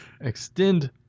extend